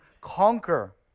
conquer